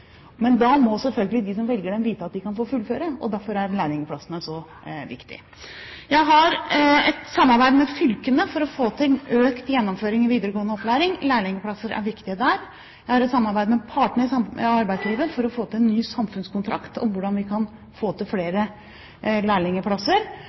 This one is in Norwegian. Men da må selvfølgelig de som velger dem, vite at de kan få fullføre. Derfor er lærlingplassene så viktige. Jeg har et samarbeid med fylkene for å få til økt gjennomføring i videregående opplæring. Lærlingplasser er viktige der. Jeg har et samarbeid med partene i arbeidslivet for å få til en ny samfunnskontrakt om hvordan vi kan få til